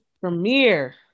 premiere